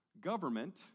Government